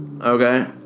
Okay